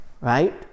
right